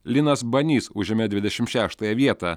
linas banys užėmė dvidešim šeštąją vietą